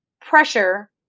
pressure